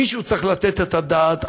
מישהו צריך לתת את הדעת.